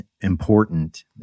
important